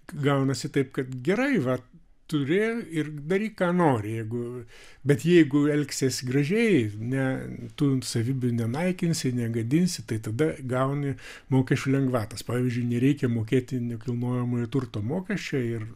gaunasi taip kad gerai vat turi ir daryk ką nori jeigu bet jeigu elgsiesi gražiai ne tų savybių nenaikinsi negadinsi tai tada gauni mokesčių lengvatas pavyzdžiui nereikia mokėti nekilnojamojo turto mokesčio ir